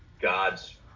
God's